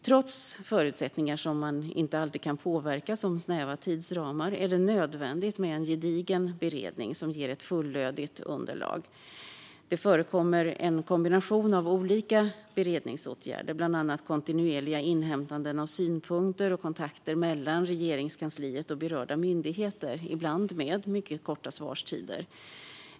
Trots förutsättningar som man inte alltid kan påverka, såsom snäva tidsramar, är det nödvändigt med en gedigen beredning som ger ett fullödigt underlag. Det förekommer en kombination av olika beredningsåtgärder, bland annat kontinuerliga inhämtanden av synpunkter och kontakter mellan Regeringskansliet och berörda myndigheter, ibland med mycket korta svarstider.